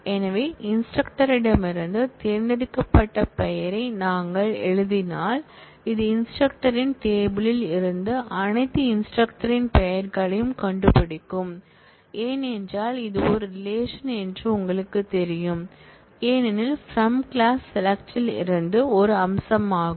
எனவே இன்ஸ்ட்ரக்டரிடமிருந்து தேர்ந்தெடுக்கப்பட்ட பெயரை நாங்கள் எழுதினால் இது இன்ஸ்ட்ரக்டரின் டேபிள் யில் இருந்து அனைத்து இன்ஸ்ட்ரக்டர் ன் பெயர்களையும் கண்டுபிடிக்கும் ஏனென்றால் இது ஒரு ரிலேஷன் என்று உங்களுக்குத் தெரியும் ஏனெனில் பிரம் கிளாஸ் செலக்ட் இல் இருந்து ஒரு அம்சமாகும்